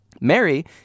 Mary